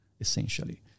essentially